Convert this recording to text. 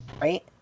right